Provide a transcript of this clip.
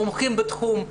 מומחים בתחום,